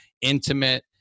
intimate